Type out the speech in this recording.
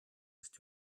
ist